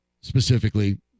specifically